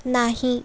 नाही